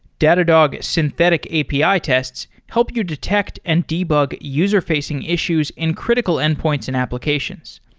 datadog synthetic api ah tests help you detect and debug user-facing issues in critical endpoints and applications.